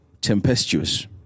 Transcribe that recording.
tempestuous